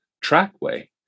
trackway